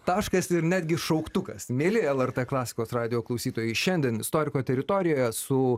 taškas ir netgi šauktukas mieli lrt klasikos radijo klausytojai šiandien istoriko teritorijoje su